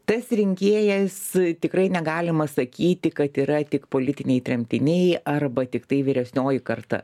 tas rinkėjas tikrai negalima sakyti kad yra tik politiniai tremtiniai arba tiktai vyresnioji karta